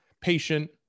patient